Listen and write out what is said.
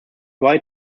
white